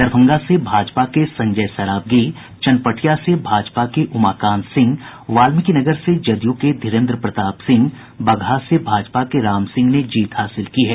दरभंगा से भाजपा के संजय सरावगी चनपटिया से भाजपा के उमाकांत सिंह वाल्मीकिनगर के जदयू के धीरेन्द्र प्रताप सिंह बगहा से भाजपा के राम सिंह ने जीत हासिल की है